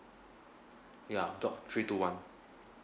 ya block three two one